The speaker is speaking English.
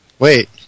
Wait